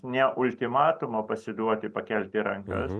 ne ultimatumo pasiduoti pakelti rankas